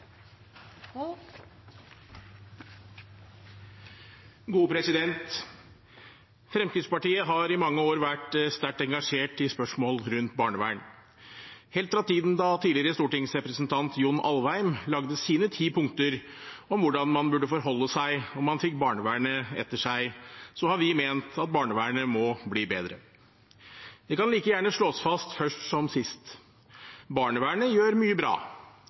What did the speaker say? Fremskrittspartiet har i mange år vært sterkt engasjert i spørsmål rundt barnevern. Helt fra tiden da tidligere stortingsrepresentant John Alvheim lagde sine ti punkter om hvordan man burde forholde seg om man fikk barnevernet etter seg, har vi ment at barnevernet må bli bedre. Det kan like gjerne slås fast først som sist: Barnevernet gjør mye bra,